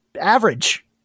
average